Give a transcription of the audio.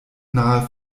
nahe